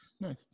Nice